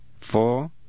Four